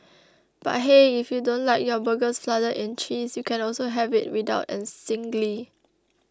but hey if you don't like your burgers flooded in cheese you can also have it without and singly